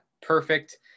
perfect